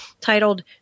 titled